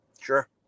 sure